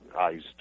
eyes